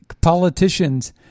politicians